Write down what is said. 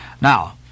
Now